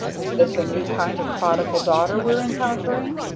is this a new kind of prodigal daughter we're encountering?